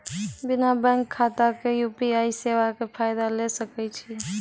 बिना बैंक खाताक यु.पी.आई सेवाक फायदा ले सकै छी?